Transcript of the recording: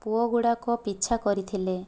ପୁଅ ଗୁଡ଼ାକ ପିଛା କରିଥିଲେ